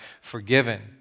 forgiven